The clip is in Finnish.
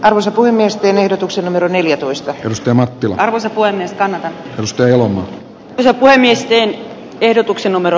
arvoisa puhemies teen ehdotuksen numero neljätoista risto mattila osapuolen niskanen risto jalo ja puhemiesten ehdotuksen numero